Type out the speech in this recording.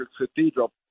Cathedral